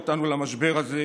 תודה.